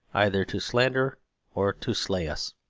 either to slander or to slay us.